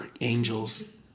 angels